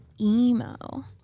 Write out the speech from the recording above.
emo